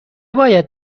باید